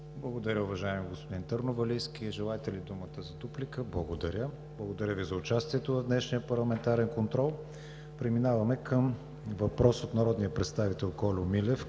Благодаря Ви, уважаеми господин Търновалийски. Желаете ли думата за дуплика? Благодаря. Благодаря Ви за участието в днешния парламентарен контрол. Преминаваме към въпрос от народния представител Кольо Милев